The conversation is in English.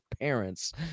parents